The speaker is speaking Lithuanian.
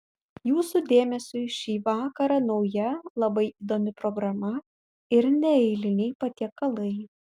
jūsų dėmesiui šį vakarą nauja labai įdomi programa ir neeiliniai patiekalai